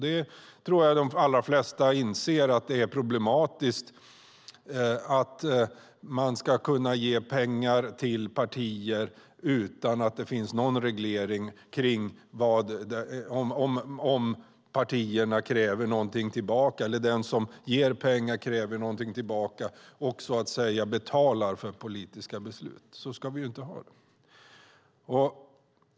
Jag tror att det flesta inser att det är problematiskt att man ska kunna ge pengar till partier utan att det finns någon reglering av om de som ger pengar kan kräva något tillbaka och så att säga betala för politiska beslut. Så ska vi inte ha det.